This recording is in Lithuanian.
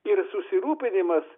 ir susirūpinimas